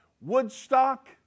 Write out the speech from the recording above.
Woodstock